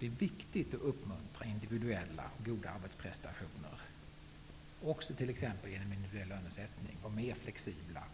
Det är viktigt att uppmuntra individuella och goda arbetsprestationer, också t.ex. med individuell lönesättning och mer flexibla